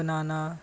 banana